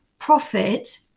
Profit